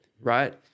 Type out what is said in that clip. right